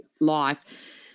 life